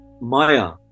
Maya